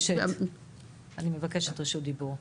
אני מבקשת רשות דיבור.